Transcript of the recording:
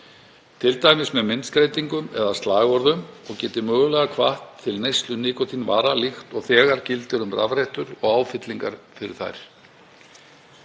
t.d. með myndskreytingum eða slagorðum, og þannig mögulega hvatt til neyslu nikótínvara, líkt og þegar gildir um rafrettur og áfyllingar fyrir þær.